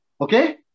okay